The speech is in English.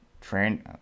train